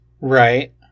Right